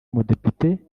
umudepite